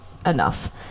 enough